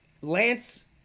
Lance